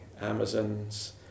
Amazon's